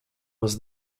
was